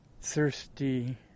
thirsty